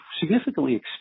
significantly